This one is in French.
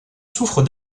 souffre